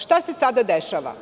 Šta se sada dešava?